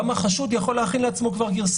גם החשוד יכול כבר להכין לעצמו גרסה,